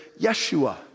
Yeshua